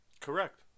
Correct